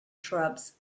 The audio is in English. shrubs